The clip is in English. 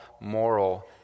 moral